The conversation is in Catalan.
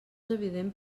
evident